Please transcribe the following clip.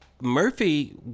Murphy